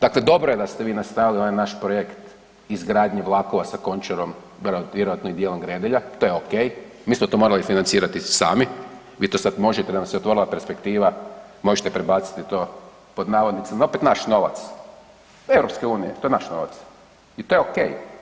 Dakle, dobro je da ste vi nastavili ovaj naš projekt izgradnje vlakova sa Končarom vjerojatno i dijelom Gredelja, to je ok, mi smo to morali financirati sami, vi to sad možete jer vam se otvorila perspektiva, možete prebaciti to pod navodnicima opet naš novac, EU, to je naš novac i to je ok.